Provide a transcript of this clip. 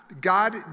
God